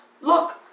look